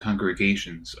congregations